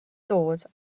dod